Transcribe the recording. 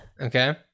Okay